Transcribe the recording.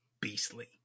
beastly